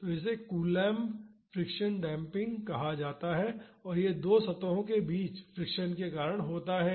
तो इसे Coulomb friction damping कहा जाता है और यह दो सतहों के बीच फ्रिक्शन के कारण होता है